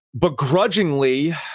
begrudgingly